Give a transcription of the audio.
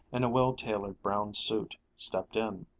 in a well-tailored brown suit, stepped in.